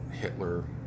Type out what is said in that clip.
Hitler